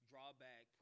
drawback